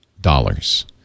dollars